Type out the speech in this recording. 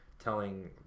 Telling